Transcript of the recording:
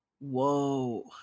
Whoa